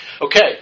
Okay